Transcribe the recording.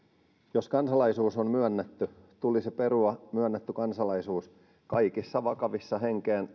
jos kansalaisuus on myönnetty tulisi perua myönnetty kansalaisuus kaikkien vakavien henkeen